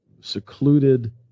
secluded